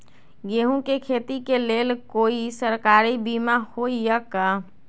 गेंहू के खेती के लेल कोइ सरकारी बीमा होईअ का?